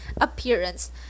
appearance